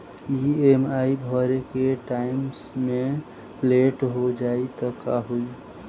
EMI भरे के time मे लेट हो जायी त का होई?